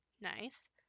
Nice